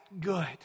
good